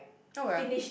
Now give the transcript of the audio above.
oh well